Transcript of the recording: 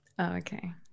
okay